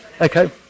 Okay